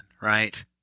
Right